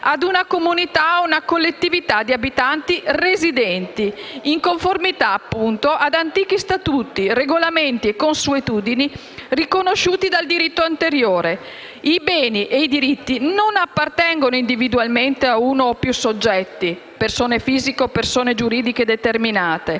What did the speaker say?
a una comunità o collettività di abitanti residenti, in conformità ad antichi statuti, regolamenti e consuetudini riconosciuti dal diritto anteriore. I beni e i diritti non appartengono individualmente a uno o più soggetti (persone fisiche o persone giuridiche determinate),